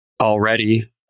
already